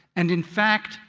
and in fact,